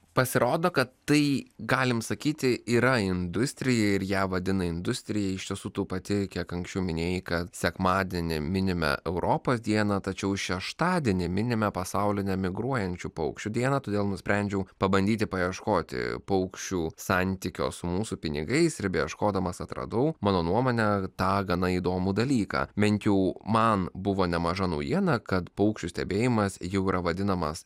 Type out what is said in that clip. pasirodo kad tai galim sakyti yra industrija ir ją vadina industrija iš tiesų tu pati kiek anksčiau minėjai kad sekmadienį minime europos dieną tačiau šeštadienį minime pasaulinę migruojančių paukščių dieną todėl nusprendžiau pabandyti paieškoti paukščių santykio su mūsų pinigais ir beieškodamas atradau mano nuomone tą gana įdomų dalyką bent jau man buvo nemaža naujiena kad paukščių stebėjimas jau yra vadinamas